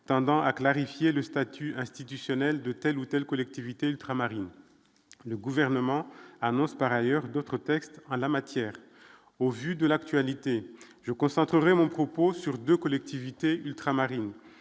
tendant à clarifier le statut institutionnel de telle ou telle collectivité ultramarine, le gouvernement annonce par ailleurs d'autres textes en la matière, au vu de l'actualité je concentre mon propos sur 2 collectivités ultramarines,